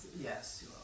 yes